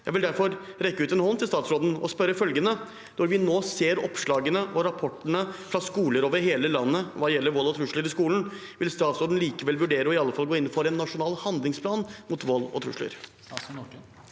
Jeg vil derfor rekke ut en hånd til statsråden og spørre om følgende: Når vi nå ser oppslagene og rapportene fra skoler over hele landet hva gjelder vold og trusler i skolen, vil statsråden likevel i alle fall vurdere å gå inn for en nasjonal handlingsplan mot vold og trusler? Statsråd Kari